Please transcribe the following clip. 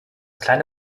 kleine